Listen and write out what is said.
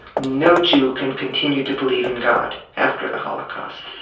no jew can continue to believe in god after the holocaust.